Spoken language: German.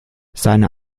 seine